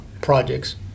projects